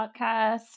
podcast